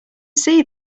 see